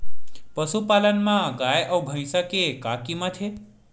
पशुपालन मा गाय अउ भंइसा के का कीमत हे?